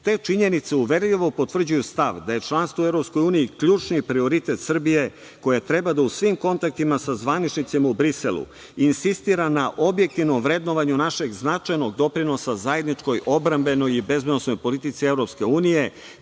Te činjenice uverljivo potvrđuju stav da je članstvo u EU ključni prioritet Srbije koja treba da u svim kontaktima sa zvaničnicima u Briselu insistira na objektivnom vrednovanju našeg značajnog doprinosa zajedničkoj odbrambenoj i bezbednosnoj politici EU,